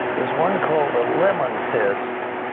there's one called the lemon test,